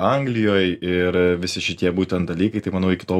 anglijoj ir visi šitie būtent dalykai tai manau iki tol